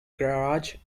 garage